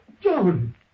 John